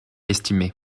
estimer